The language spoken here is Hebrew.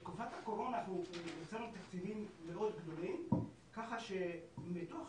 בתקופת הקורונה אנחנו הוצאנו תקציבים מאוד גדולים כך שמתוך